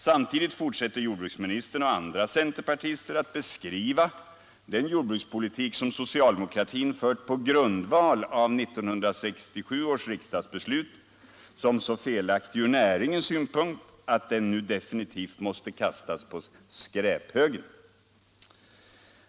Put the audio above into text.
Samtidigt fortsätter jordbruksministern och andra centerpartister att beskriva den jordbrukspolitik som socialdemokratin fört på grundval av 1967 års riksdagsbeslut som så felaktig från näringens synpunkt att den nu definitivt måste kastas på skräphögen.